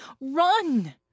run